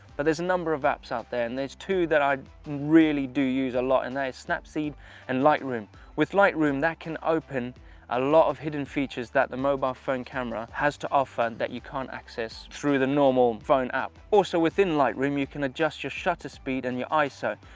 but there's a number of apps out there, and there's two that i really do use a lot, and that snapseed and lightroom. with lightroom, that can open a lot of hidden features that the mobile phone camera has to offer that you can't access through the normal phone app. also, within lightroom, you can adjust your shutter speed and your iso.